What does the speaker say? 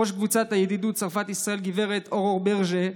ראש קבוצת הידידות צרפת-ישראל גב' אורור ברג'ה,